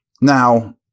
Now